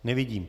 Nevidím.